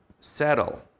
settle